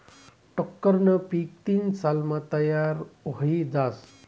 टोक्करनं पीक तीन सालमा तयार व्हयी जास